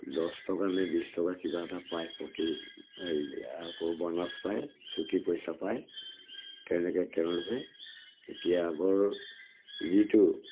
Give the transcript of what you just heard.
দহ টকা নে বিছ টকা কিবা এটা পায় প্ৰতি আকৌ বনাজ পায় ছুটি পইচা পায় তেনেকৈ তেওঁলোকে এতিয়া আগৰ যিটো